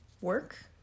work